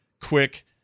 quick